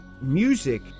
music